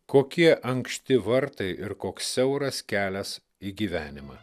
kokie ankšti vartai ir koks siauras kelias į gyvenimą